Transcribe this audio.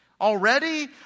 already